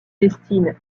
destine